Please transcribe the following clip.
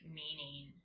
meaning